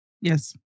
Yes